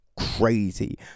Crazy